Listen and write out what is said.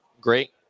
great